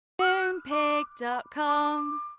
Moonpig.com